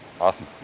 Awesome